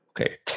Okay